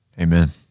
Amen